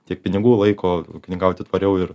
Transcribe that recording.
tiek pinigų laiko ūkininkauti tvariau ir